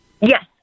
Yes